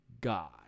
God